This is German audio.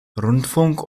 rundfunk